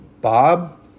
Bob